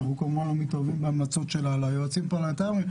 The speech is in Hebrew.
אנחנו כמובן לא מתערבים בהמלצות שלה על היועצים הפרלמנטריים,